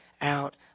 out